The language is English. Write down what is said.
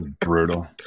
Brutal